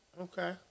Okay